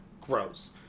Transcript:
Gross